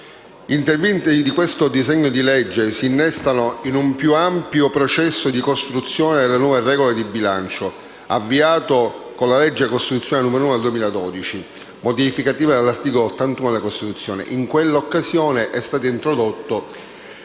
Gli interventi di questo disegno di legge si innestano in un più ampio processo di costruzione delle nuove regole di bilancio, avviato con la legge costituzionale n. 1 del 2012, modificativa dell'articolo 81 della Costituzione. In quell'occasione è stato introdotto